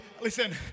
Listen